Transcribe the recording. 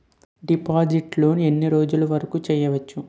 డిపాజిట్లు ఎన్ని రోజులు వరుకు చెయ్యవచ్చు?